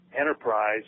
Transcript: enterprise